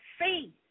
see